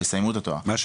יסיימו את התואר.